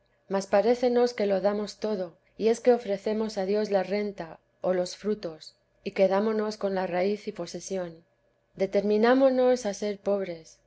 hicieron mas parécenos que lo damos todo y es que ofrecemos a dios la renta o los frutos y quedámonos con la raíz y posesión determinámonos a ser pobres